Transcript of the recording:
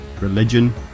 religion